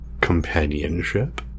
Companionship